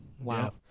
wow